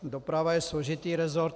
Doprava je složitý rezort?